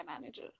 manager